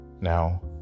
Now